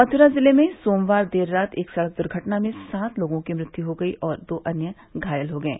मथुरा जिले में सोमवार देर रात एक सड़क दुर्घटना में सात लोगों की मृत्यु हो गयी और दो अन्य घायल हो गये